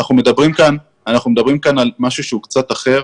אנחנו מדברים כאן על משהו שהוא קצת אחר